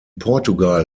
portugal